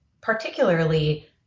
particularly